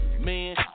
Man